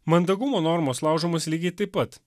mandagumo normos laužomos lygiai taip pat